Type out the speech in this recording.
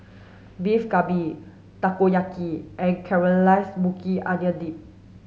Beef Galbi Takoyaki and Caramelized Maui Onion Dip